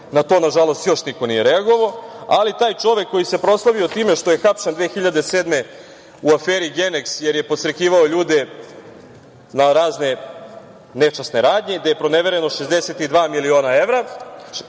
Na to, nažalost, još niko nije reagovao. Taj čovek koji se proslavio time što je hapšen 2007. godine u aferi „Geneks“, jer je podstrekivao ljude na razne nečasne radnje, gde je pronevereno 62 miliona evra,